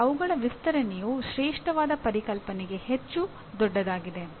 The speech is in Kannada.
ಅಂದರೆ ಅವುಗಳ ವಿಸ್ತರಣೆಯು ಶ್ರೇಷ್ಟವಾದ ಪರಿಕಲ್ಪನೆಗಳಿಗೆ ಹೆಚ್ಚು ದೊಡ್ಡದಾಗಿದೆ